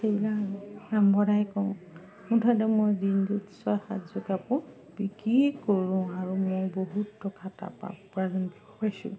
সেইবিলাক এম্বইদাৰি কওঁ মুঠতে মই দিনটোত ছয় সাতযোৰ কাপোৰ বিক্ৰী কৰোঁ আৰু মই বহুত টকা তাপা উপাৰ্জন কৰিছোঁ